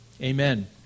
Amen